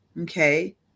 okay